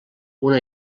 una